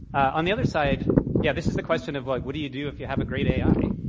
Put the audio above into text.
on the other side yeah, this is the question of, like, what do you do if you have a great ai,